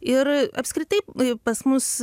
ir apskritai pas mus